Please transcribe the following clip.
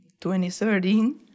2013